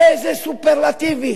איזה סופרלטיבים,